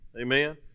Amen